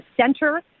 center